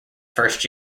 first